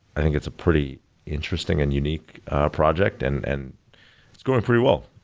i think it's a pretty interesting and unique project, and and it's going pretty well.